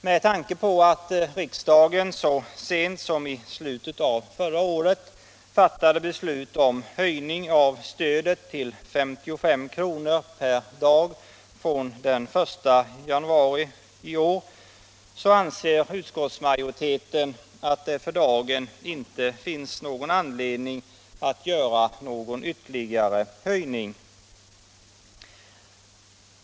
Med tanke på att riksdagen så sent som i slutet av förra året fattade beslut om höjning av stödet till 55 kr. per dag från den 1 januari i år, anser utskottsmajoriteten att det för dagen inte finns anledning att göra ytterligare någon höjning.